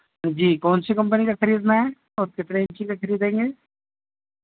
جی کون سی کمپنی کا خریدنا ہے اور کتنے انچی کا خریدیں گے